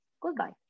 goodbye